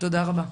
תודה רבה.